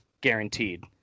guaranteed